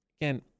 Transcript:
again